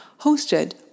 hosted